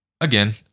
again